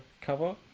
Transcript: cover